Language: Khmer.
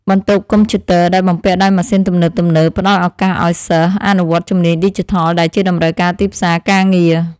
បន្ទប់កុំព្យូទ័រដែលបំពាក់ដោយម៉ាស៊ីនទំនើបៗផ្តល់ឱកាសឱ្យសិស្សអនុវត្តជំនាញឌីជីថលដែលជាតម្រូវការទីផ្សារការងារ។